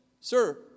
sir